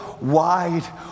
wide